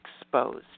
exposed